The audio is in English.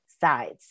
sides